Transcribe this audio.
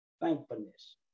thankfulness